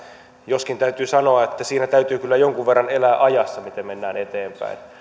joskin täytyy sanoa että siinä täytyy kyllä jonkun verran elää ajassa miten mennään eteenpäin